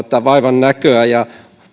vaivannäköä ja